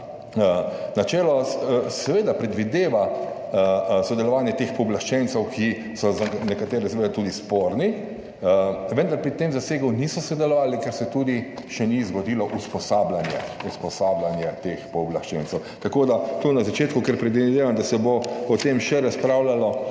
Načelo seveda predvideva sodelovanje teh pooblaščencev, ki so za nekatere seveda tudi sporni, vendar pri tem zasegu niso sodelovali, ker se tudi še ni zgodilo usposabljanje, usposabljanje teh pooblaščencev. Tako, da to na začetku, ker predvidevam, da se bo o tem še razpravljalo,